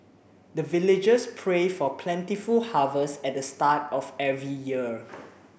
the villagers pray for plentiful harvest at the start of every year